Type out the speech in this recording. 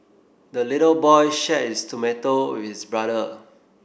the little boy shared his tomato with brother